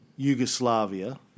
Yugoslavia